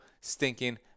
stinking